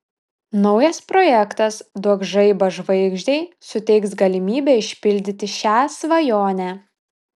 naujas projektas duok žaibą žvaigždei suteiks galimybę išpildyti šią svajonę